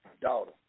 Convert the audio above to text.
daughter